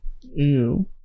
Ew